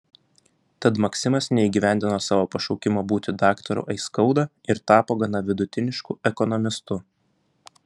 tad maksimas neįgyvendino savo pašaukimo būti daktaru aiskauda ir tapo gana vidutinišku ekonomistu